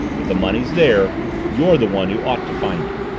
if the money's there you're the one who ought to find it.